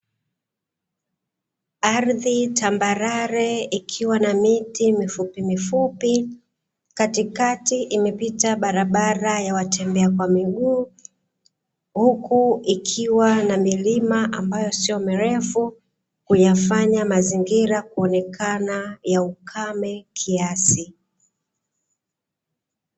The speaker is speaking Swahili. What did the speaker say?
Ardhi tambarare ikiwa na miti mifupimifupi, katikati imepita barabara ya watembea kwa miguu, huku ikiwa na milima ambayo siyo mirefu kuyafanya mazingira kuonekana ya ukame kiasi.